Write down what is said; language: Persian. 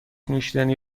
نوشیدنی